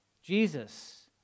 Jesus